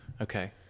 Okay